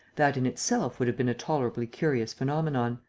that in itself would have been a tolerably curious phenomenon.